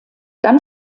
dann